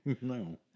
No